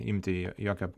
imti jo jokio